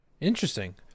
Interesting